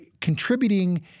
contributing